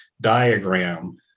diagram